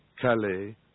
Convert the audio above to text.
Calais